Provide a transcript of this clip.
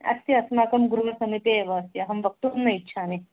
अस्ति अस्माकं गृहसमीपे एव अस्ति अहं वक्तुं न इच्छामि